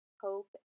hope